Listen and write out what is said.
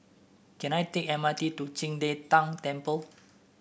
can I take M R T to Qing De Tang Temple